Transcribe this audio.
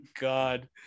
god